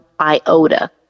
iota